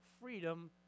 freedom